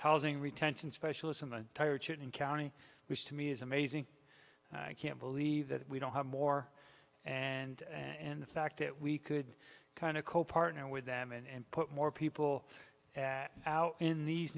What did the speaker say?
housing retention specialists in the tire chilton county which to me is amazing i can't believe that we don't have more and and the fact that we could kind of copartner with them and put more people at out in these